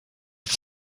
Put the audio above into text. ist